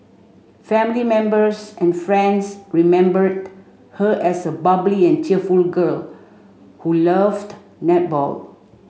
family members and friends remembered her as a bubbly and cheerful girl who loved netball